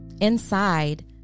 Inside